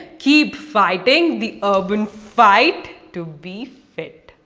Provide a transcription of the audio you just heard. keep fighting, the urban fight to be fit!